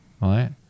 Right